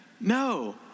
No